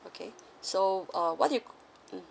okay so uh what do you mm